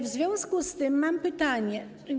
W związku z tym mam pytanie.